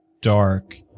dark